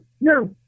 no